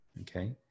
okay